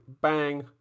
bang